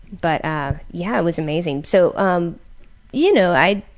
but ah yeah it was amazing. so um you know, i